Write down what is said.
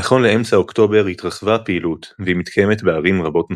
נכון לאמצע אוקטובר התרחבה הפעילות והיא מתקיימת בערים רבות נוספות,